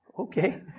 Okay